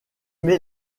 met